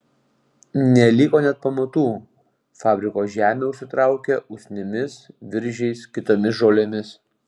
neliko net pamatų fabriko žemė užsitraukė usnimis viržiais kitomis žolėmis